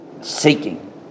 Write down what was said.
Seeking